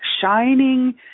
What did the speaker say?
shining